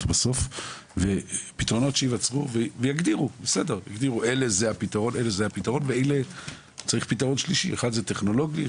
בסוף ופתרונות שייווצרו ויגדירו אלו הפתרונות אחד זה טכנולוגי,